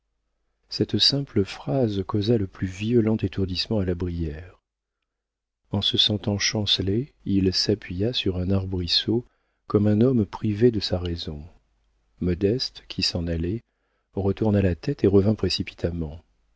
cette simple phrase causa le plus violent étourdissement à la brière en se sentant chanceler il s'appuya sur un arbrisseau comme un homme privé de sa raison modeste qui s'en allait retourna la tête et revint précipitamment